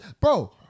bro